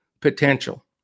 potential